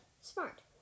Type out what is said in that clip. Smart